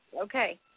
Okay